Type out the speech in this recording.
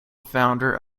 founder